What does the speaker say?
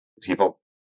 people